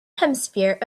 hemisphere